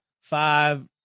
five